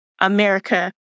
America